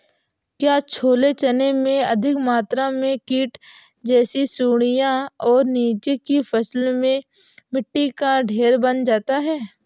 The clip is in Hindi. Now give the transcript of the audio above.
क्या छोले चने में अधिक मात्रा में कीट जैसी सुड़ियां और नीचे की फसल में मिट्टी का ढेर बन जाता है?